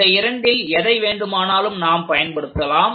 இந்த இரண்டில் எதை வேண்டுமானாலும் நாம் பயன்படுத்தலாம்